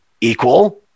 equal